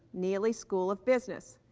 neeley school of business,